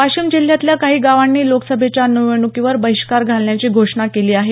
वाशिम जिल्ह्यातल्या काही गावांनी लोकसभेच्या निवडणुकीवर बहिष्कार घालण्याची घोषणा केली आहे